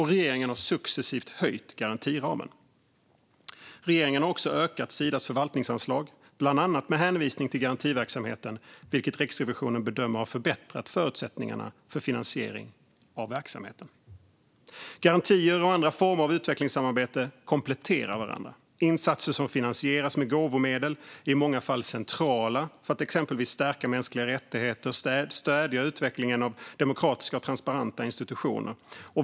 Regeringen har successivt höjt garantiramen. Regeringen har också ökat Sidas förvaltningsanslag, bland annat med hänvisning till garantiverksamheten, vilket Riksrevisionen bedömer har förbättrat förutsättningarna för finansiering av verksamheten. Garantier och andra former av utvecklingssamarbete kompletterar varandra. Insatser som finansieras med gåvomedel är i många fall centrala för att exempelvis stärka mänskliga rättigheter och stödja utvecklingen av demokratiska och transparenta institutioner.